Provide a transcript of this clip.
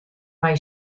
mei